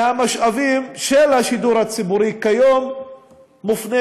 מהמשאבים של השידור הציבורי כיום מופנה